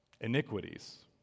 iniquities